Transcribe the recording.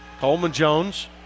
Coleman-Jones